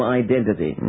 identity